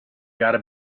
gotta